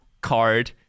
card